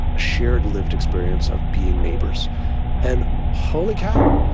a shared, lived experience of being neighbors and holy cow.